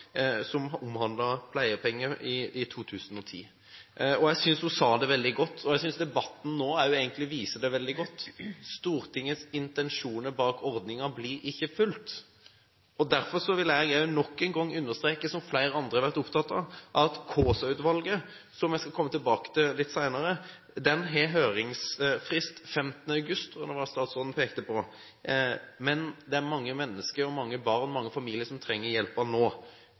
som omhandlet pleiepenger i 2010. Jeg synes hun sa det veldig godt, og jeg synes også debatten viser det veldig godt: Stortingets intensjoner bak ordningen blir ikke fulgt. Derfor vil jeg nok en gang understreke, som også flere andre har vært opptatt av, at Kaasa-utvalget, som jeg skal komme tilbake til litt senere, har høringsfrist 15. august, som statsråden pekte på, men det er mange mennesker – mange barn og deres familier – som trenger hjelpen nå.